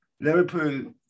Liverpool